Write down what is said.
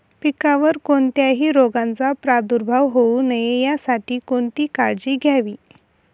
पिकावर कोणत्याही रोगाचा प्रादुर्भाव होऊ नये यासाठी कोणती काळजी घ्यावी?